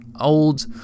old